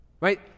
Right